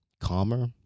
calmer